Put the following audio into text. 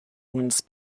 once